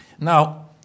Now